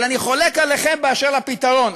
אבל אני חולק עליכם באשר לפתרון.